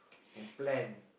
and plan